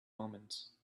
omens